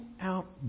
out